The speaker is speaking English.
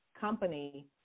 company